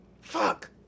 Fuck